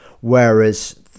Whereas